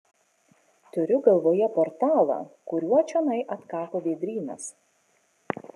turiu galvoje portalą kuriuo čionai atkako vėdrynas